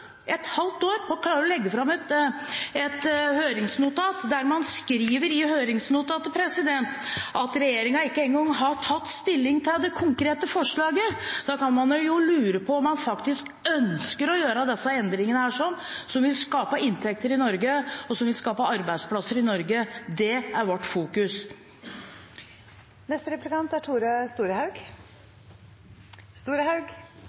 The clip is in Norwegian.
et halvt år på å klare å legge fram et høringsnotat, hvor man skriver at regjeringen ikke engang har tatt stilling til det konkrete forslaget, kan man lure på om man faktisk ønsker å gjøre disse endringene som vil skape inntekter og arbeidsplasser i Norge. Det